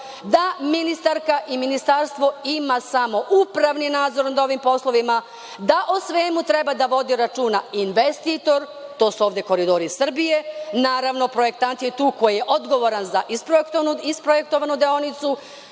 da ministarka i ministarstvo ima samo upravni nadzor nad ovim poslovima, da o svemu treba da vode računa investitor, to su ovde „Koridori Srbije“, naravno projektant je tu koji je odgovoran za isprojektovanu deonicu,